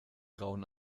grauen